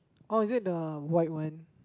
orh is it the white one